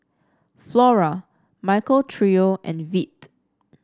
Flora Michael Trio and Veet